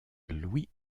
louis